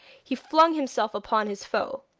he flung himself upon his foe.